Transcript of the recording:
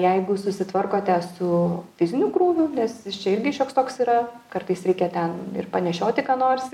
jeigu susitvarkote su fiziniu krūviu nes jis čia irgi šioks toks yra kartais reikia ten ir panešioti ką nors